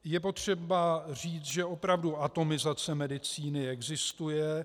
Je potřeba říct, že opravdu atomizace medicíny existuje.